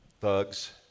thugs